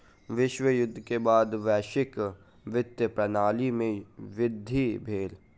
विश्व युद्ध के बाद वैश्विक वित्तीय प्रणाली में वृद्धि भेल